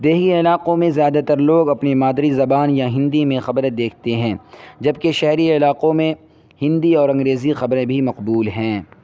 دیہی علاقوں میں زیادہ تر لوگ اپنی مادری زبان یا ہندی میں خبریں دیکھتے ہیں جبکہ شہری علاقوں میں ہندی اور انگریزی خبریں بھی مقبول ہیں